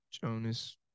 Jonas